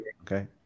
Okay